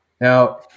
now